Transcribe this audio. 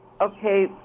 Okay